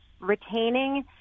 retaining